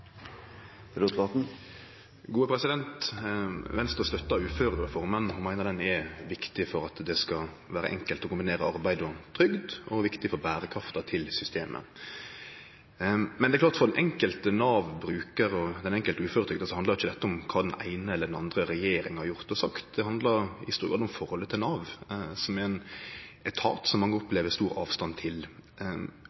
er viktig for at det skal vere enkelt å kombinere arbeid og trygd, og viktig for berekrafta til systemet. For den enkelte Nav-brukar og den enkelte uføretrygda handlar ikkje dette om kva den eine eller den andre regjeringa har gjort og sagt, det handlar i stor grad om forholdet til Nav, som er ein etat som mange